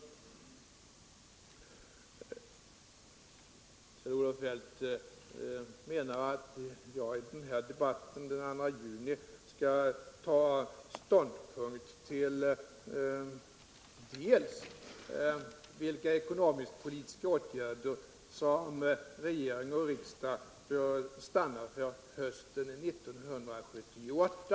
Kjell-Olof Feldt menar att jag i den här debatten, den 2 juni, skall ta ståndpunkt till bl.a. vilka ekonomisk-politiska åtgärder som regering och riksdag bör stanna för hösten 1978.